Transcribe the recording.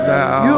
now